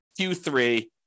Q3